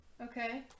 okay